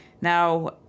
Now